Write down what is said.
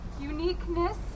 uniqueness